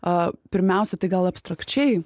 o pirmiausia tai gal abstrakčiai